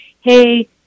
hey